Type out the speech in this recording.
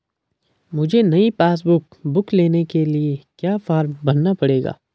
मुझे नयी passbook book लेने के लिए क्या फार्म भरना पड़ेगा?